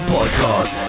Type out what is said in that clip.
Podcast